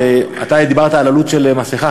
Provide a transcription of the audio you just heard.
אתה דיברת על עלות של מסכה,